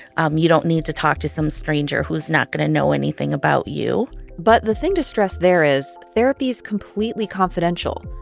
um you don't need to talk to some stranger who's not going to know anything about you but the thing to stress there is therapy's completely confidential.